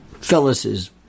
Phyllis's